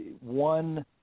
one